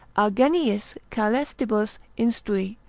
a geniis caelestibus instrui,